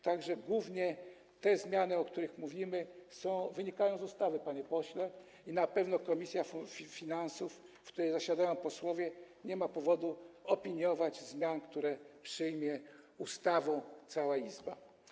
Tak że głównie te zmiany, o których mówimy, wynikają z ustawy, panie pośle, i na pewno komisja finansów, w której zasiadają posłowie, nie ma powodu opiniować zmian, które przyjmie ustawą cała Izba.